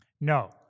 No